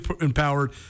empowered